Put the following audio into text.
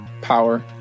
power